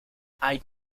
hay